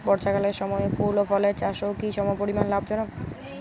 বর্ষাকালের সময় ফুল ও ফলের চাষও কি সমপরিমাণ লাভজনক?